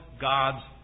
God's